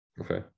Okay